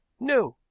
no.